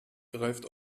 greift